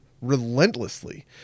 relentlessly